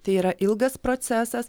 tai yra ilgas procesas